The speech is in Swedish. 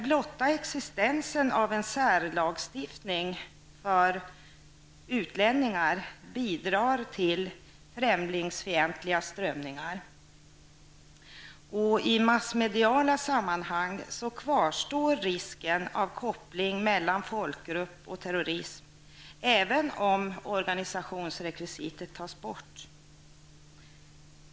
Blotta existensen av en särlagstiftning för vissa utlänningar bidrar till främlingsfientliga strömningar. Även om organisationsrekvisitet tas bort kvarstår i massmediala sammanhang risken för en koppling mellan folkgrupp och terrorism.